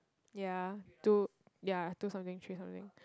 ya two ya two something three something